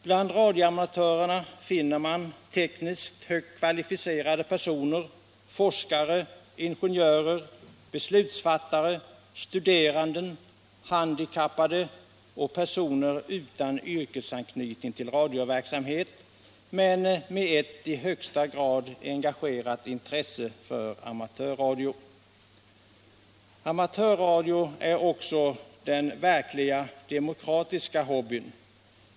Bland radioamatörerna finner man tekniskt högt kvalificerade personer: forskare, ingenjörer, beslutsfattare, studerande, handikappade och personer utan yrkesanknytning till radioverksamhet men med ett i högsta grad levande intresse för amatörradio. Amatörradioverksamhet är också en verkligt demokratisk hobby.